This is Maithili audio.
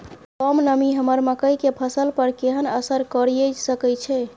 कम नमी हमर मकई के फसल पर केहन असर करिये सकै छै?